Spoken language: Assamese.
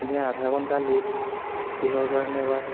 এতিয়া আধা ঘন্টা লেট কিহৰ কাৰণে বা